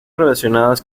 relacionadas